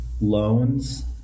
loans